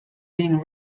being